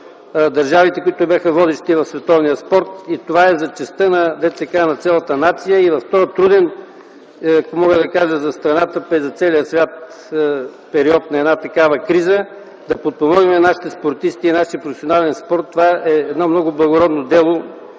държавите, които бяха водещи в световния спорт. Това е за честта на цялата нация и в този труден, ако мога да кажа, за страната и за целия свят период на такава криза, да подпомогнем нашите спортисти и нашия професионален спорт – това е едно много благородно дело